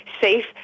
safe